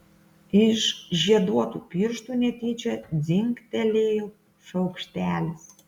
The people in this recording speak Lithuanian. iš žieduotų pirštų netyčia dzingtelėjo šaukštelis